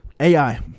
AI